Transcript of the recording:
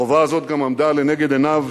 החובה הזאת גם עמדה לנגד עיניו